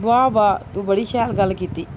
वाह् वाह् तूं बड़ी शैल गल्ल कीती